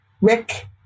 Rick